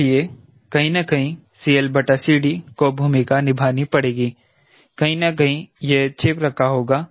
इसलिए कहीं न कहीं CLCD को भूमिका निभानी पड़ेगी कहीं न कहीं यह छिप रखा होगा